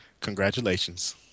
Congratulations